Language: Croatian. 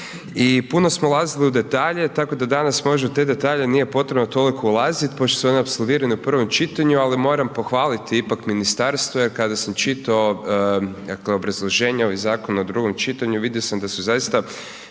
i puno smo ulazili u detalje, tako da danas možda u te detalje nije potrebno toliko ulazit pošto su oni apsolvirani u prvom čitanju, ali moram pohvaliti ipak ministarstvo jer kada sam čitao, dakle, obrazloženje ovih zakona u drugom čitanju, vidio sam da su zaista